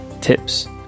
tips